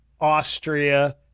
Austria